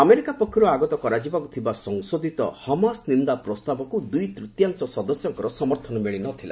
America ପକ୍ଷରୁ ଆଗତ କରାଯିବାକୁ ଥିବା ସଂଶୋଧିତ ହମାସ ନିନ୍ଦା ପ୍ରସ୍ତାବକୁ ଦୁଇ ତୃତୀୟାଂଶ ସଦସ୍ୟଙ୍କର ସମର୍ଥନ ମିଳିନଥିଲା